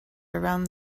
around